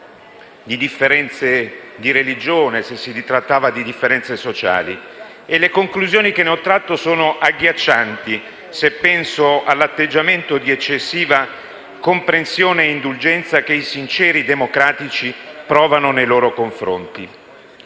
di differenze di religione o di differenze sociali e le conclusioni che ne ho tratto sono agghiaccianti, se penso all'atteggiamento di eccessiva comprensione e indulgenza che i "sinceri democratici" provano nei loro confronti.